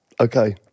okay